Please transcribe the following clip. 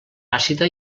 àcida